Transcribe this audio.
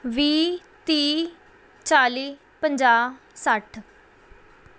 ਵੀਹ ਤੀਹ ਚਾਲੀ ਪੰਜਾਹ ਸੱਠ